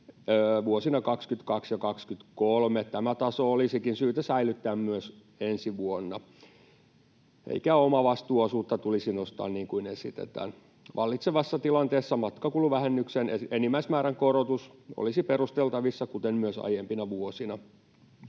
vuosina 22 ja 23. Tämä taso olisikin syytä säilyttää myös ensi vuonna, eikä omavastuuosuutta tulisi nostaa niin kuin esitetään. Vallitsevassa tilanteessa matkakuluvähennyksen enimmäismäärän korotus olisi perusteltavissa kuten myös aiempina vuosina.